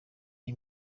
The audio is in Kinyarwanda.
iyi